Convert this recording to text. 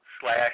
Slash